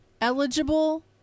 Eligible